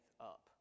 up